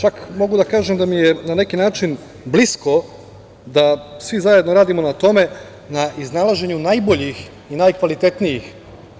Čak mogu da kažem da mi je na neki način blisko da svi zajedno radimo na tome, na iznalaženju najboljih i najkvalitetnijih